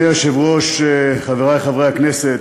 אדוני היושב-ראש, חברי חברי הכנסת,